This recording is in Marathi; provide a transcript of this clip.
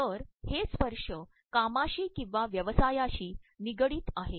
तर हे स्त्पशय कामाशी ककंवा व्यवसायाशी तनगडडत आहेत